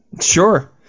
Sure